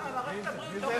סבלנות.